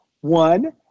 One